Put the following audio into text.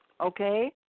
okay